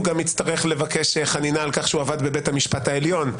הוא גם יצטרך לבקש חנינה על כך שהוא עבד בבית המשפט העליון.